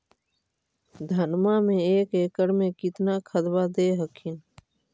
धनमा मे एक एकड़ मे कितना खदबा दे हखिन?